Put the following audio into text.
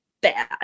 bad